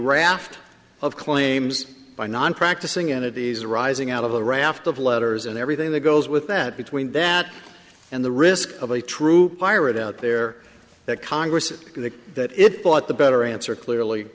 raft of claims by non practicing entities arising out of a raft of letters and everything that goes with that between that and the risk of a true pirate out there that congress is going to that it bought the better answer clearly